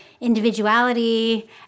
individuality